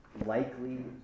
likely